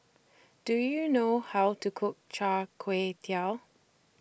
Do YOU know How to Cook Char Kway Teow